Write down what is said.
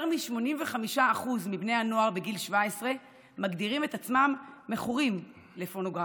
יותר מ-85% מבני הנוער בגיל 17 מגדירים אתם עצמם מכורים לפורנוגרפיה.